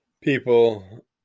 people